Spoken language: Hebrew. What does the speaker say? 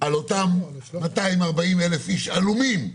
על אותם 240,000 איש עלומים,